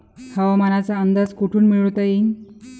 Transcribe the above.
हवामानाचा अंदाज कोठून मिळवता येईन?